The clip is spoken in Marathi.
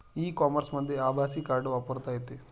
ई कॉमर्समध्ये आभासी कार्ड वापरता येते